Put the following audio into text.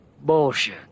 Bullshit